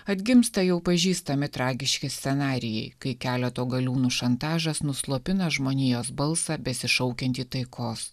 atgimsta jau pažįstami tragiški scenarijai kai keleto galiūnų šantažas nuslopina žmonijos balsą besišaukiantį taikos